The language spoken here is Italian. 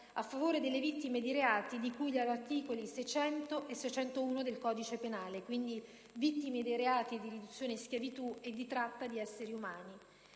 a favore delle vittime dei reati di cui agli articoli 600 e 601 del codice penale (quindi vittime dei reati di riduzione in schiavitù e tratta di esseri umani),